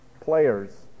players